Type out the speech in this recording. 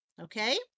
Okay